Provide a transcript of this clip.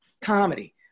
comedy